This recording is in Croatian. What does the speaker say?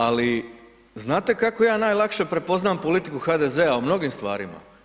Ali znate kako ja najlakše prepoznam politiku HDZ-a u mnogim stvarima?